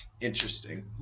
interesting